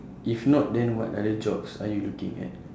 if not then what other jobs are you looking at